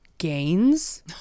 gains